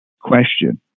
question